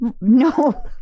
No